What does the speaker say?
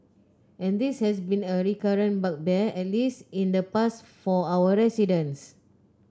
and this has been a recurrent bugbear at least in the past for our residents